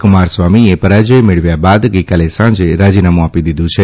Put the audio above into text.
કુમારસ્વામી એ પરાજય મેળવ્યા બાદ ગઈકાલે સાંજે રાજીનામુ આપી દીધુ છે